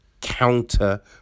counter